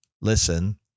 Listen